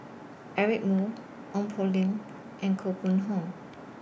Eric Moo Ong Poh Lim and Koh Mun Hong